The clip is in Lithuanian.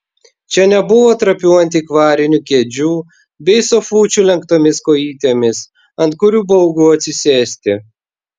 čia nebuvo trapių antikvarinių kėdžių bei sofučių lenktomis kojytėmis ant kurių baugu atsisėsti